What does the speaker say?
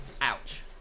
Ouch